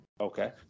okay